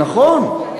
נכון.